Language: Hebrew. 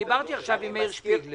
דיברתי עכשיו עם מאיר שפיגלר,